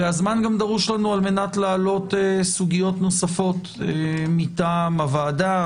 והזמן גם דרוש לנו על-מנת להעלות סוגיות נוספות מטעם הוועדה,